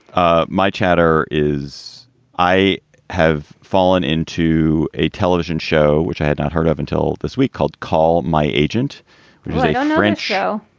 ah my chatter is i have fallen into a television show which i had not heard of until this week called call my agent orange show.